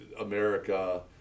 America